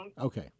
Okay